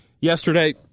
Yesterday